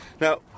Now